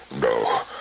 No